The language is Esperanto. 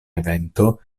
evento